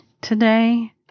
Today